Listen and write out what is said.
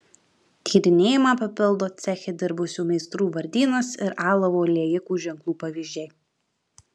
tyrinėjimą papildo ceche dirbusių meistrų vardynas ir alavo liejikų ženklų pavyzdžiai